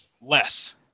less